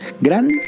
Gran